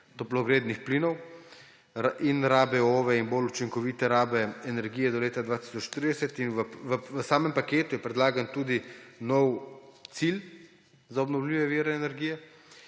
toplogrednih plinov in rabe OVE in bolj učinkovite rabe energije do leta 2030. V samem paketu je predlagan tudi nov cilj za obnovljive vire energije,